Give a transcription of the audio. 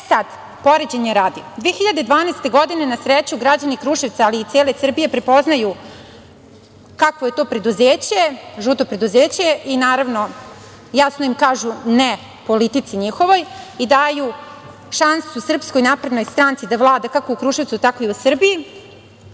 Sada, poređenja radi, 2012. godine, na sreću, građani Kruševca, ali i cele Srbije prepoznaju kakvo je to preduzeće, žuto preduzeće, i jasno im kažu ne politici njihovoj i daju šansu SNS, da vlada kako u Kruševcu, tako i u Srbiji.